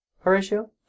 Horatio